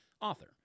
author